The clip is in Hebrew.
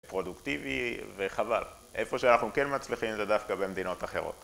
פרודוקטיבי וחבל, איפה שאנחנו כן מצליחים זה דווקא במדינות אחרות